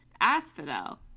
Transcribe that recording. asphodel